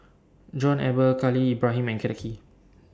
John Eber Khalil Ibrahim and Kenneth Kee